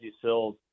Sills